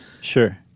sure